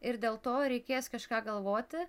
ir dėl to reikės kažką galvoti